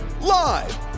live